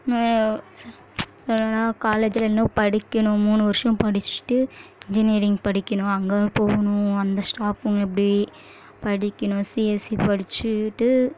என்னென்னா காலேஜில் இன்னும் படிக்கணும் மூணு வர்ஷம் படிச்சுட்டு இன்ஜினியரிங் படிக்கணும் அங்கே போகணும் அந்த ஸ்டாப்பும் எப்படி படிக்கணும் சிஎஸ்சி படிச்சுட்டு